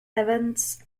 events